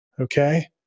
Okay